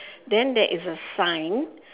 then there is a sign